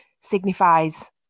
signifies